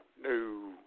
no